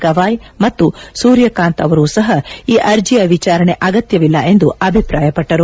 ಗವಾಯ್ ಮತ್ತು ಸೂರ್ಯಕಾಂತ್ ಅವರೂ ಸಹ ಈ ಅರ್ಜೆಯ ವಿಚಾರಣೆ ಅಗತ್ಯವಿಲ್ಲ ಎಂದು ಅಭಿಪ್ರಾಯಪಟ್ಟರು